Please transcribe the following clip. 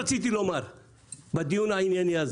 צריכים להתמודד באירוע שהוא אירוע משמעותי.